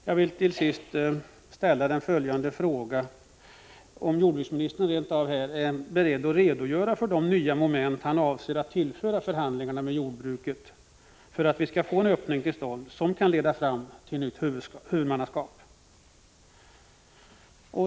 Jag vill till sist ställa följande fråga: Är jordbruksministern villig att redogöra för det nya moment han avser tillföra förhandlingarna med jordbruket för att få en öppning till stånd som kan leda fram till nytt huvudmannaskap?